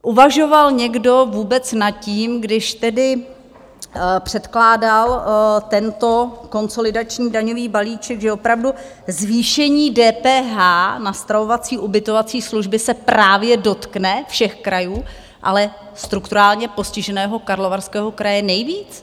Uvažoval někdo vůbec nad tím, když tedy předkládal tento konsolidační daňový balíček, že opravdu zvýšení DPH na stravovací a ubytovací služby se právě dotkne všech krajů, ale strukturálně postiženého Karlovarského kraje nejvíc?